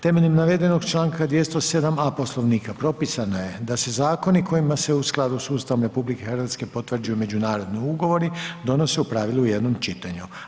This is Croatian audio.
Temeljem navedenog Članka 207a. Poslovnika propisano je da se zakoni kojima se u skladu sa Ustavom RH potvrđuju međunarodni ugovori donose u pravilu u jednom čitanju.